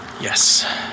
Yes